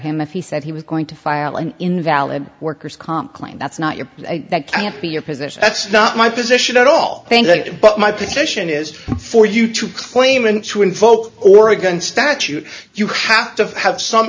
him if he said he was going to file an invalid worker's comp claim that's not your that can't be your position that's not my position at all thank you but my position is for you to claim and to invoke oregon statute you have to have some